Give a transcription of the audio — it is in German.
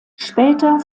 später